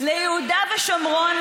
ליהודה ושומרון,